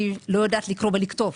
היא לא יודעת לקרוא ולכתוב.